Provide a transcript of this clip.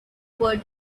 world